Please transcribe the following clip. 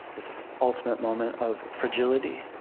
this ultimate moment of fragility,